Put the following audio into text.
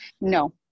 No